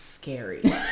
scary